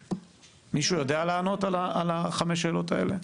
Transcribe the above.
מישהו יודע לענות על חמש השאלות האלה?